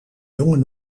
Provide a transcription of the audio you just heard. jongen